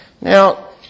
Now